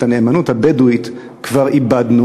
את הנאמנות הבדואית כבר איבדנו,